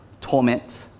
torment